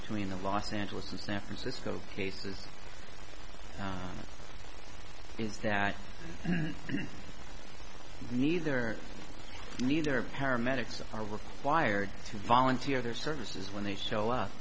between the los angeles and san francisco cases is that neither neither of paramedics are required to volunteer their services when they show up